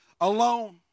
alone